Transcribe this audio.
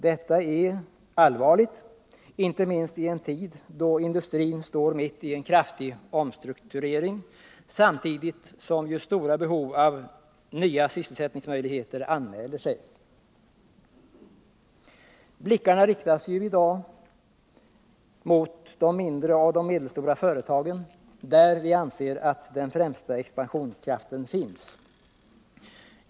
Detta är allvarligt inte minst i en tid då industrin står mitt i en kraftig omstrukturering, samtidigt som stora behov av nya arbetstillfällen anmäler sig. Blickarna riktas ju då emot de mindre och medelstora företagen där den främsta expansionskraften finns.